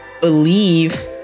believe